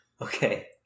Okay